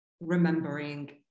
remembering